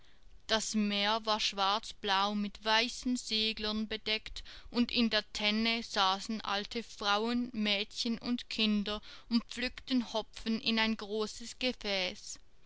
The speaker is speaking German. das meer war schwarzblau mit weißen seglern bedeckt und in der tenne saßen alte frauen mädchen und kinder und pflückten hopfen in ein großes gefäß